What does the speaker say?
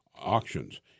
auctions